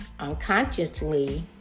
unconsciously